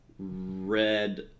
red